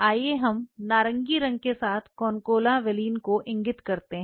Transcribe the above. आइए हम नारंगी रंग के साथ कोनकाना वेलिन को इंगित करते हैं